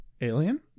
Alien